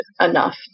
enough